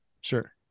Sure